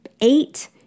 eight